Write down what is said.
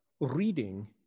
reading